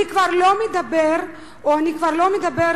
אני כבר לא מדבר, או אני כבר לא מדברת,